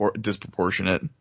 disproportionate